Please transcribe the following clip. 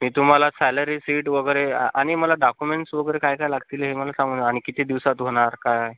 मी तुम्हाला salary sheet वगैरे आणि मला डाक्युमेंट्स वगैरे काय काय लागतील हे मला सांगा आणि किती दिवसात होणार काय